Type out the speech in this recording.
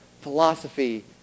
philosophy